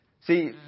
See